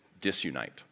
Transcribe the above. disunite